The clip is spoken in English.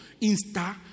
Insta